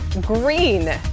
green